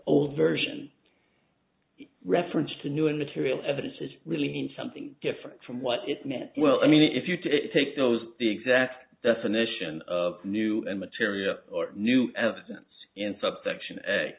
old version reference to new and material evidence it really means something different from what it means well i mean if you to take those the exact definition of new material or new evidence in subsection